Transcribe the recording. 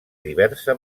diversa